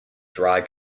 dry